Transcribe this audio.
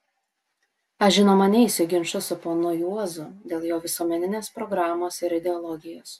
aš žinoma neisiu į ginčus su ponu juozu dėl jo visuomeninės programos ir ideologijos